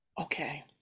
Okay